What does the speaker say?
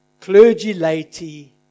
clergy-lady